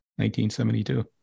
1972